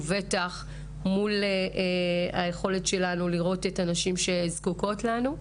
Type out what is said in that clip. ובטח מול היכולת שלנו לראות את הנשים שזקוקות לנו.